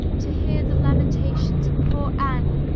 to hear the lamentations of poor anne,